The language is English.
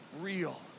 real